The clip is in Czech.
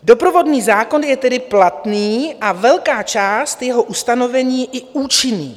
Doprovodný zákon je tedy platný a velká část jeho ustanovení i účinných.